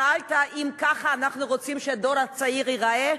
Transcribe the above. שאלת אם כך אנחנו רוצים שהדור הצעיר ייראה.